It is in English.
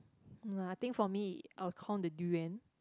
no lah I think for me I'll count the durian